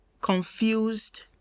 confused